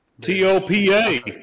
T-O-P-A